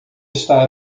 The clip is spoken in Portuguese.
está